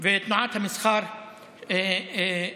ומעט המסחר בעיר.